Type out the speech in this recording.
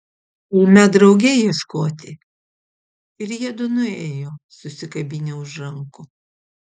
eime drauge ieškoti ir jiedu nuėjo susikabinę už rankų